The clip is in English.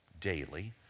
daily